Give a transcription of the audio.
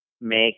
make